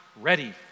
ready